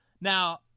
Now